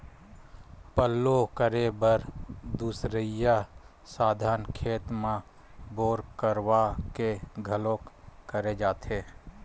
पल्लो करे बर दुसरइया साधन खेत म बोर करवा के घलोक करे जाथे